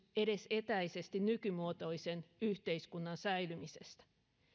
edes etäisesti nykymuotoisen yhteiskunnan säilymisestä